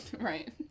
Right